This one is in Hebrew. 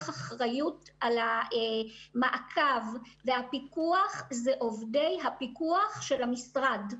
אחריות על המעקב והפיקוח הם עובדי הפיקוח של המשרד,